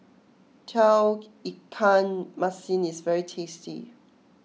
Tauge Ikan Masin is very tasty